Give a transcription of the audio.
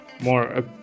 more